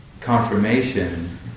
confirmation